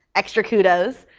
extra kudos.